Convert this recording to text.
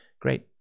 Great